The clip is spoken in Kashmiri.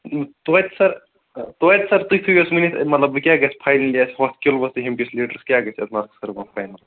توتہِ سَر توتہِ سَر تُہۍ تھٔوہوٗس ؤنِتھ مطلبٕ وۅنۍ کیٛاہ گژھِ فائنلی ہُتھ کِلوَس تہٕ ییٚمہِ کِس لیٖٹرس کیٛاہ گژھِ مۅخصر وۅنۍ فاینل